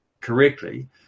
correctly